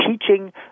teaching